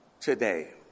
today